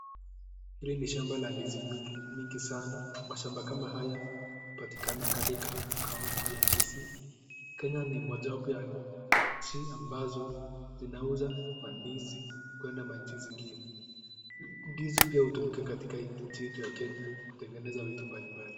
hili ni shamba la miti mingi sana, mashamba kama haya yapatikana county ya kisii kenya ni moja wapo ya nchi ambazo zinauza mandizi kwenda nchi zingine, ndizi pia utumika katika nchi yetu ya kenya kutengeneza vitu mbali mbali.